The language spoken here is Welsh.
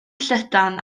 llydan